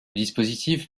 dispositif